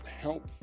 help